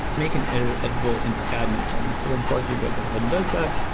make an editable editable and admin for me. so then forestry goes ahead and does that,